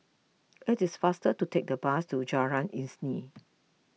it is faster to take the bus to Jalan Isnin